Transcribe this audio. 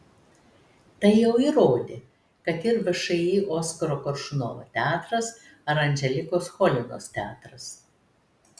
tai jau įrodė kad ir všį oskaro koršunovo teatras ar anželikos cholinos teatras